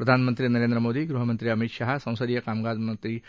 प्रधानमंत्री नरेंद्र मोदी गृहमंत्री अमित शहा संसदीय कामकाज मंत्री